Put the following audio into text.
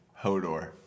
Hodor